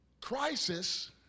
Crisis